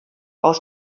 aus